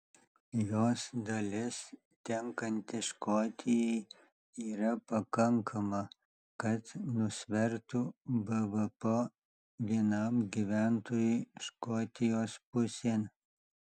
jos dalis tenkanti škotijai yra pakankama kad nusvertų bvp vienam gyventojui škotijos pusėn